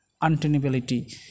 untenability